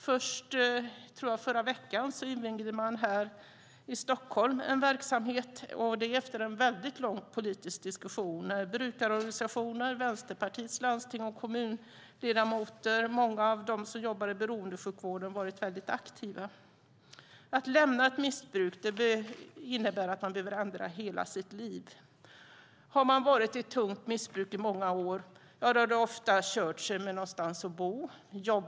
Jag tror att det var först i förra veckan som man invigde en verksamhet här i Stockholm. Det skedde efter en mycket lång politisk diskussion. Där har brukarorganisationer, Vänsterpartiets ledamöter i landstings och kommunfullmäktige och många av dem som jobbar i beroendesjukvården varit mycket aktiva. Att lämna ett missbruk innebär att man behöver ändra hela sitt liv. Har man haft ett tungt missbruk i många år är det ofta kört med någonstans att bo.